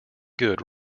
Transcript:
good